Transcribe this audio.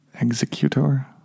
Executor